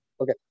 Okay